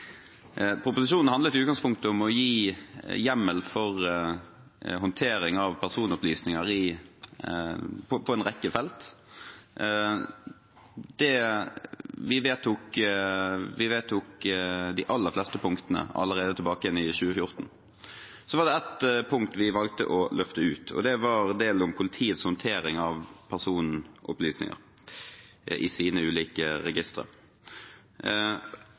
Proposisjonen handlet i utgangspunktet om å gi hjemmel for håndtering av personopplysninger på en rekke felt. Vi vedtok de aller fleste punktene allerede tilbake i 2014. Så var det ett punkt vi valgte å løfte ut, og det var det om politiets håndtering av personopplysninger i sine ulike registre.